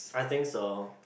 I think so